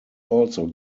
also